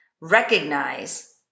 recognize